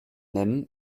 nennen